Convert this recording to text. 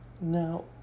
Now